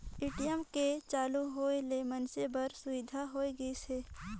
ATM के चालू होय ले मइनसे बर सुबिधा होय गइस हे